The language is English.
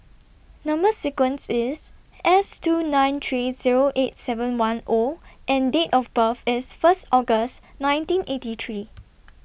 Number sequence IS S two nine three Zero eight seven one O and Date of birth IS First August nineteen eighty three